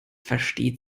versteht